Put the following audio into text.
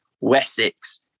Wessex